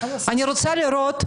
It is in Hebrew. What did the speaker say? אני רוצה לראות,